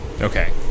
Okay